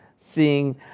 seeing